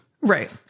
Right